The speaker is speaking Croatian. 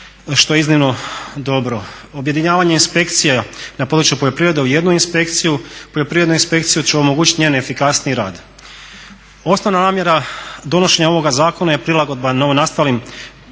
što je iznimno dobro. Objedinjavanje inspekcija na području poljoprivrede u jednu inspekciju, Poljoprivrednu inspekciju, će omogućiti njen efikasniji rad. Osnovna namjera donošenja ovoga zakona je prilagodba novonastalim